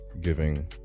giving